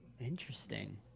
Interesting